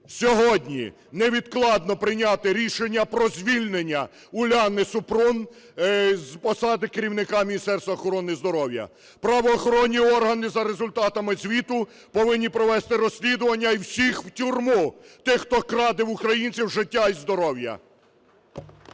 сьогодні невідкладно прийняти рішення про звільнення Уляни Супрун з посади керівника Міністерства охорони здоров'я. Правоохоронні органи за результатами звіту повинні провести розслідування. І всіх - в тюрму, тих, хто краде в українців життя і здоров'я.